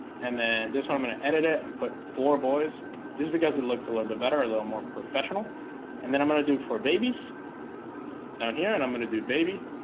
and then this one i'm going to edit it and put for boys this because it looks a little bit better a little more professional and then i'm going to do for babies down here and i'm gonna do baby